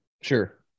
Sure